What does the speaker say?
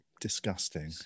disgusting